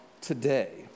today